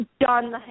done